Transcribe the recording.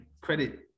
credit